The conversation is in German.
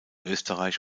österreich